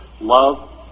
Love